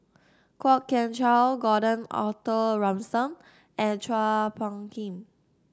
Kwok Kian Chow Gordon Arthur Ransome and Chua Phung Kim